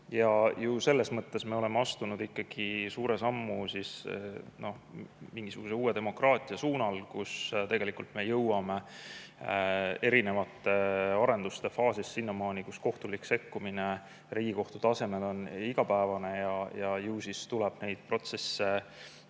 Ju me selles mõttes oleme astunud ikkagi suure sammu mingisuguse uue demokraatia suunas, kui me jõuame erinevate arendustega sinnamaale, kus kohtulik sekkumine Riigikohtu tasemel on igapäevane. Ju siis tuleb neid protsesse